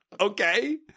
okay